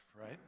right